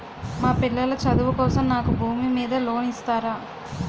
మా పిల్లల చదువు కోసం నాకు నా భూమి మీద లోన్ ఇస్తారా?